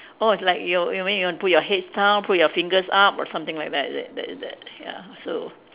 orh it's like you you mean you want to put your head down put your fingers up or something like that is it is it is it ya so